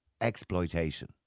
exploitation